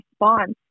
response